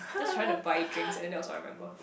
just trying to buy drink and then they also remember